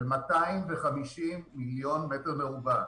של 250 מיליון מטר מרובע,